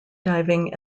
diving